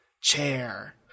chair